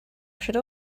should